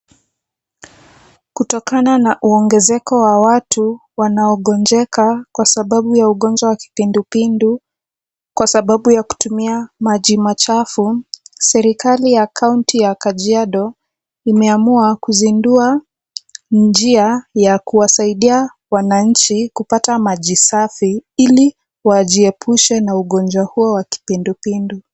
Kutokana na uongezeko wa watu wanaogonjeka kwa sababu ya ugonjwa wa kipindupindu, kwa sababu ya kutumia maji machafu, serikali ya kaunti ya Kajiado, imeamua kuzindua njia ya kuwasaidia wananchi kupata maji safi, ili wajiepushe na ugonjwa huo wa kipindupindu.